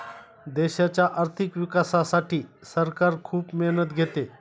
देशाच्या आर्थिक विकासासाठी सरकार खूप मेहनत घेते